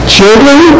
Children